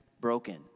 broken